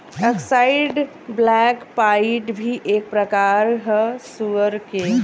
अक्साई black pied भी एक प्रकार ह सुअर के